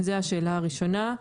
שאלה שנייה.